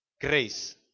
grace